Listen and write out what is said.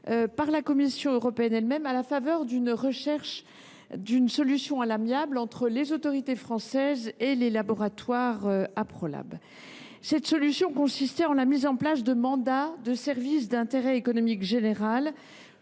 par la Commission européenne elle même, à la faveur de la recherche d’une solution amiable entre les autorités françaises et les laboratoires du groupement Aprolab. Cette solution consistait à mettre en place des mandats de services d’intérêt économique général,